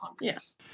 Yes